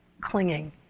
clinging